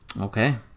Okay